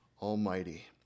almighty